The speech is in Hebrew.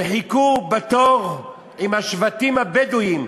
וחיכו בתור, עם השבטים הבדואיים,